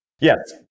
Yes